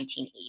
1980